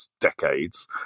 decades